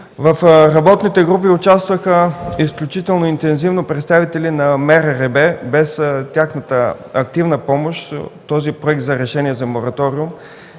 В работните групи участваха изключително интензивно представители на МРРБ. Без тяхната активна помощ този Проект за решение за мораториум